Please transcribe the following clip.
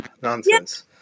nonsense